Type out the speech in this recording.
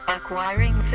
Acquiring